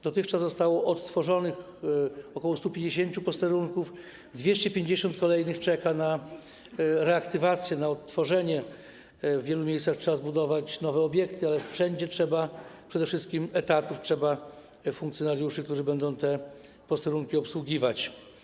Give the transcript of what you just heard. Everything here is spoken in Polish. Dotychczas zostało odtworzonych ok. 150 posterunków, 250 kolejnych czeka na reaktywację, na odtworzenie, w wielu miejscach trzeba zbudować nowe obiekty, ale wszędzie trzeba przede wszystkim etatów, trzeba funkcjonariuszy, którzy będą te posterunki obsługiwać.